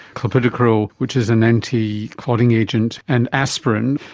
clopidogrel, which is an anticlotting agent, and aspirin,